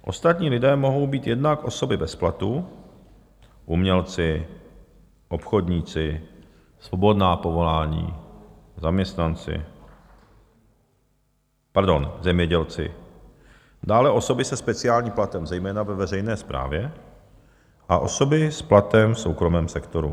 Ostatní lidé mohou být jednak osoby bez platu, umělci, obchodníci, svobodná povolání, zaměstnanci, pardon, zemědělci, dále osoby se speciálním platem, zejména ve veřejné správě, a osoby s platem v soukromém sektoru.